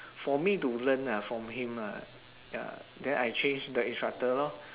for me to learn lah from him ah ya then I change the instructor lor